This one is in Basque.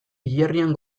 hilerrian